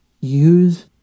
Use